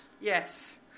yes